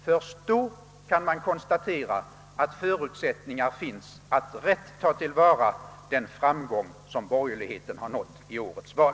Först då kan man konstatera att förutsättningar finns att rätt förvalta den framgång som borgerligheten har nått i årets val.